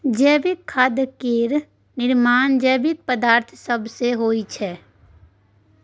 जैविक खाद केर निर्माण जैविक पदार्थ सब सँ होइ छै